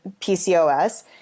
PCOS